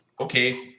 okay